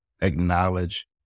acknowledge